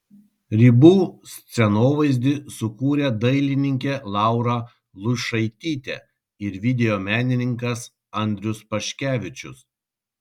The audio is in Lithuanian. ribų scenovaizdį sukūrė dailininkė laura luišaitytė ir video menininkas andrius paškevičius